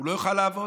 הוא לא יוכל לעבוד.